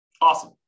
Awesome